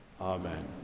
Amen